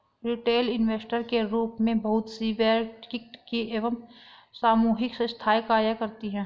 retail investor के रूप में बहुत सी वैयक्तिक एवं सामूहिक संस्थाएं कार्य करती हैं